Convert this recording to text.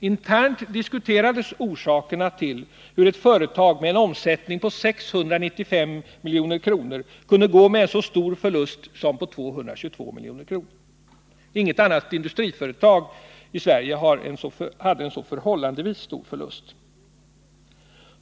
Internt diskuterades orsakerna till att ett företag med en omsättning på 695 milj.kr. kunde gå med en så stor förlust som 222 milj.kr. Inget annat industriföretag i Sverige hade en så förhållandevis stor förlust.